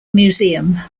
museum